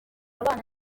abana